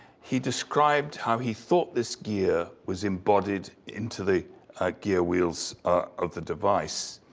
he described how he thought this gear was embodied into the ah gear wheels of the device.